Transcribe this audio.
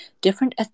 different